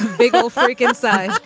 big old freak inside,